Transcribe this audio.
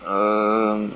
um